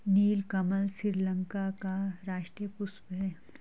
नीलकमल श्रीलंका का राष्ट्रीय पुष्प है